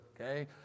okay